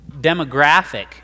demographic